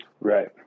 Right